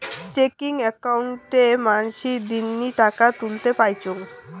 checking অক্কোউন্টে মানসী দিননি টাকা তুলতে পাইচুঙ